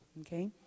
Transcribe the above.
Okay